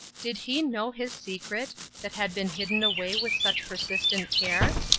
did he know his secret, that had been hidden away with such persistent care?